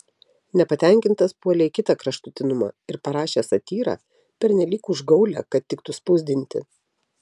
nepatenkintas puolė į kitą kraštutinumą ir parašė satyrą pernelyg užgaulią kad tiktų spausdinti